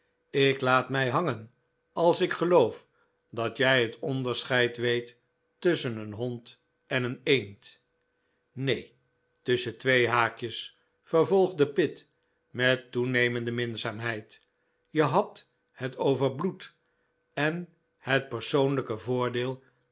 ik laat mij hangen als ik geloof dat jij het onderscheid weet tusschen een hond en een eend nee tusschen twee haakjes vervolgde pitt met toenemende minzaamheid je had het over bloed en het persoonlijke voordeel